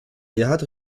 gerhard